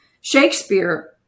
Shakespeare